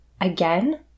Again